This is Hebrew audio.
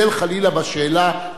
בשאלה או זלזל בך.